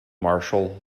marshal